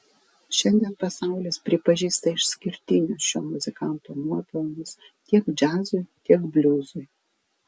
šiandien pasaulis pripažįsta išskirtinius šio muzikanto nuopelnus tiek džiazui tiek bliuzui